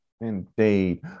Indeed